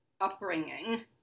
upbringing